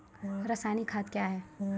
रसायनिक खाद कया हैं?